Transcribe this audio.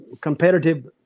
competitive